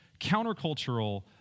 countercultural